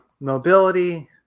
mobility